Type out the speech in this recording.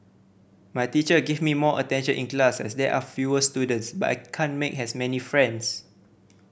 my teacher give me more attention in class as there are fewer students but I can't make as many friends